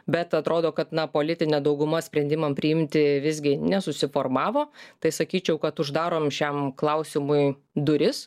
bet atrodo kad na politinė dauguma sprendimam priimti visgi nesusiformavo tai sakyčiau kad uždarom šiam klausimui duris